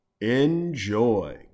Enjoy